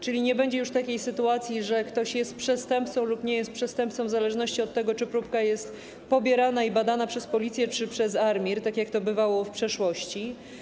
Czyli nie będzie już takiej sytuacji, że ktoś jest przestępcą lub nie jest przestępcą, w zależności od tego, czy próbka jest pobierana i badana przez Policję, czy przez ARiMR, a tak bywało w przeszłości.